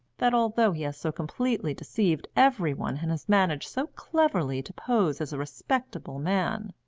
that although he has so completely deceived every one and has managed so cleverly to pose as a respectable man,